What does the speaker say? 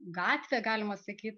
gatvė galima sakyt